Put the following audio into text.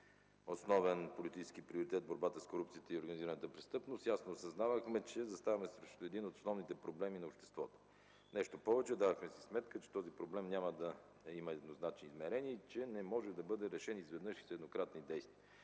основен политически приоритет борбата с корупцията и организираната престъпност ясно осъзнавахме, че заставаме срещу един от основните проблеми на обществото. Нещо повече – давахме си сметка, че този проблем няма да има еднозначни измерения и че не може да бъде решен изведнъж и с еднократни действия.